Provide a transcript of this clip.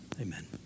amen